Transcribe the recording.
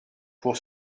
pour